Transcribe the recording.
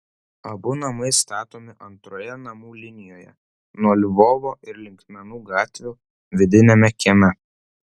abu namai statomi antroje namų linijoje nuo lvovo ir linkmenų gatvių vidiniame kieme